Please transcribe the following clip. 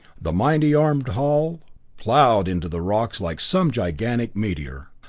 the mighty armored hull plowed into the rocks like some gigantic meteor,